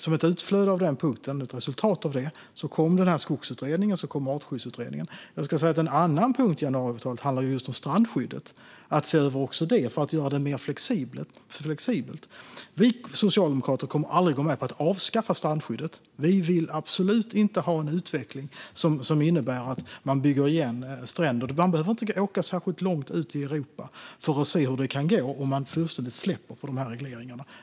Som ett utflöde av den punkten, resultatet av den punkten, kom Skogsutredningen och Artskyddsutredningen. En annan punkt i januariavtalet handlar om att se över strandskyddet för att göra det mer flexibelt. Vi socialdemokrater kommer aldrig att gå med på att avskaffa strandskyddet. Vi vill absolut inte ha en utveckling som innebär att man bygger igen stränder. Man behöver inte åka särskilt långt ut i Europa för att se hur det kan gå om man fullständigt släpper på regleringarna.